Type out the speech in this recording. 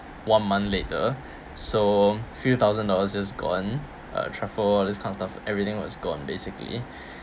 one month later so few thousand dollars just gone uh truffle all these kind of stuff everything was gone basically